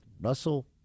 Russell